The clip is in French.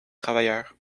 travailleurs